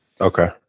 okay